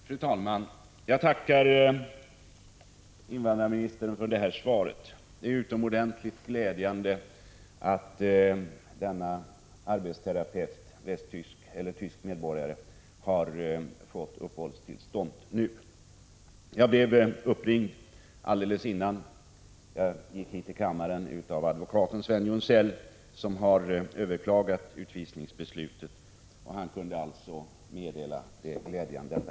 Fru talman! Jag tackar invandrarministern för detta svar. Det är utomordentligt glädjande att denna arbetsterapeut, som är tysk medborgare, nu har fått uppehållstillstånd. Jag blev uppringd alldeles innan jag gick hit till kammaren av advokaten, Sven Junzell, som har överklagat utvisningsbeslutet. Han kunde alltså meddela detta glädjande besked.